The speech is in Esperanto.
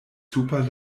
super